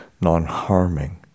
non-harming